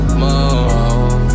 more